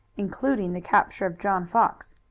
including the capture of john fox.